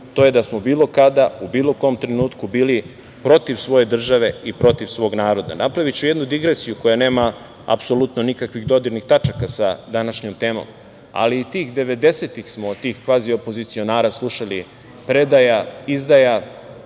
to je da smo bilo kada, u bilo kom trenutku bili protiv svoje države i protiv svog naroda. Napraviću jednu digresiju koja nema apsolutno nikakvih dodirnih tačaka sa današnjom temom, ali i tih 90-ih smo od tih kvazi opozicionara slušali - predaja, izdaja,